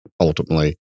ultimately